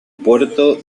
puerto